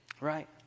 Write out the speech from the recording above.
right